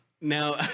Now